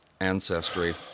ancestry